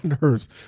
nerves